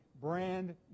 brand